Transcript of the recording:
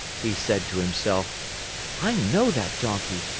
he said to himself i know that donkey!